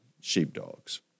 sheepdogs